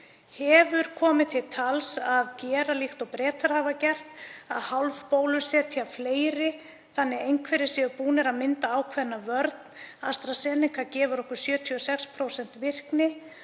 Hefur komið til tals að gera líkt og Bretar hafa gert, að hálfbólusetja fleiri þannig að einhverjir séu búnir að mynda ákveðna vörn? AstraZeneca gefur okkur 76% virkni.